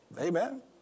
Amen